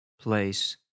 place